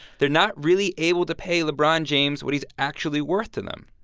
they're not really able to pay lebron james what he's actually worth to them.